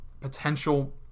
potential